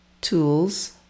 tools